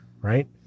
right